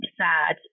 sad